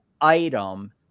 item